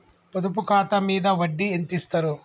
పొదుపు ఖాతా మీద వడ్డీ ఎంతిస్తరు?